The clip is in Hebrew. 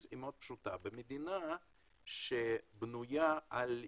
ההולנדית היא מאוד פשוטה, במדינה שבנויה על ייצוא,